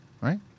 Right